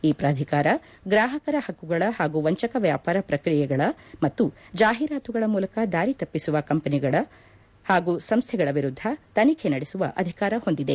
ಈ ಪ್ರಾಧಿಕಾರ ಗ್ರಾಹಕರ ಹಕ್ಕಗಳ ಹಾಗೂ ವಂಚಕ ವ್ಯಾಪಾರ ಪ್ರಕ್ರಿಯೆಗಳ ಮತ್ತು ಜಾಹೀರಾತುಗಳ ಮೂಲಕ ದಾರಿ ತಪ್ಪಿಸುವ ಕೆಂಪನಿಗಳ ಹಾಗೂ ಸಂಸ್ಲೆಗಳ ವಿರುದ್ದ ತನಿಖೆ ನಡೆಸುವ ಅಧಿಕಾರ ಹೊಂದಿದೆ